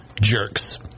jerks